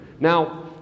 Now